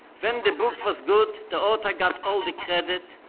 when the book was good, the author got all the credit,